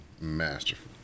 masterful